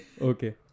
Okay